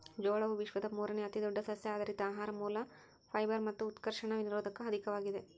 ಜೋಳವು ವಿಶ್ವದ ಮೂರುನೇ ಅತಿದೊಡ್ಡ ಸಸ್ಯಆಧಾರಿತ ಆಹಾರ ಮೂಲ ಫೈಬರ್ ಮತ್ತು ಉತ್ಕರ್ಷಣ ನಿರೋಧಕ ಅಧಿಕವಾಗಿದೆ